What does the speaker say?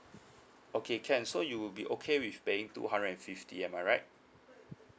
okay can so you will be okay with paying two hundred and fifty am I right